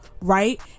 right